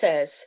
says